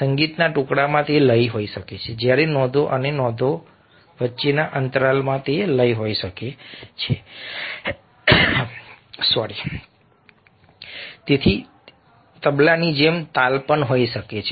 સંગીતના ટુકડામાં તે લય હોઈ શકે છે જ્યારે નોંધો અને નોંધો વચ્ચેના અંતરાલમાં તેમની લય હોઈ શકે છે અને તેની સાથે તબલાની જેમ તાલ પણ હોઈ શકે છે